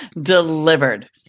delivered